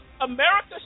America